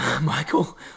Michael